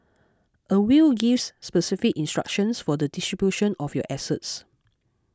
a will gives specific instructions for the distribution of your assets